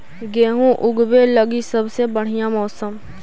गेहूँ ऊगवे लगी सबसे बढ़िया मौसम?